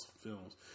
Films